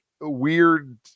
weird